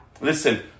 Listen